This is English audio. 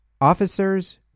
Officers